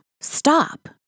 stop